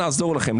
נעזור לכם.